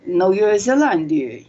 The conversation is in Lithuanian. naujojoje zelandijoj